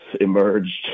emerged